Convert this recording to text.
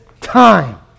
time